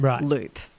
loop